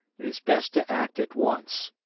it is best to act at once.